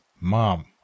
mom